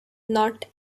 not